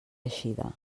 eixida